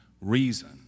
reason